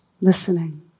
listening